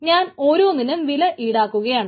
ഞാൻ ഓരോന്നിനും വില ഈടാക്കുകയാണ്